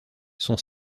son